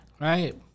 Right